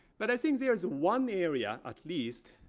but i think there's one area, at least,